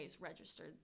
registered